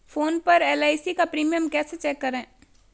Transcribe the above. Phone पर LIC का premium कैसे चेक करें?